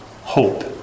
hope